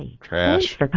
Trash